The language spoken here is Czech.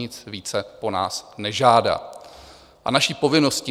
Nic více po nás nežádá a naší povinností.